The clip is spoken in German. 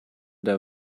der